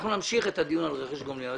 אנחנו נמשיך את הדיון על רכש גומלין אבל